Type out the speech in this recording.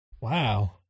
wow